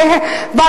זה יהיה ב-2015,